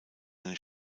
eine